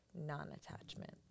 non-attachment